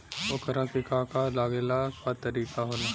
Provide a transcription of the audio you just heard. ओकरा के का का लागे ला का तरीका होला?